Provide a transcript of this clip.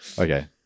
Okay